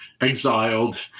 exiled